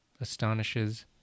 astonishes